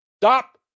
Stop